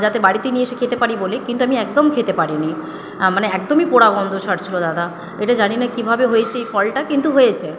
যাতে বাড়িতে নিয়ে এসে খেতে পারি বলে কিন্তু আমি একদম খেতে পারিনি মানে একদমই পোড়া গন্ধ ছাড় ছিল দাদা এটা জানি না কীভাবে হয়েছে এই ফলটা কিন্তু হয়েছে